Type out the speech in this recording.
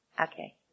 Okay